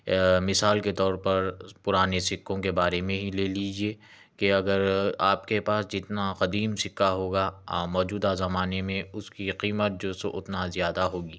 مثال کے طور پر پرانے سکّوں کے بارے میں ہی لے لیجیے کہ اگر آپ کے پاس جتنا قدیم سکّہ ہوگا موجودہ زمانہ میں اس کی قیمت جو سو اتنا زیادہ ہوگی